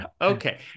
Okay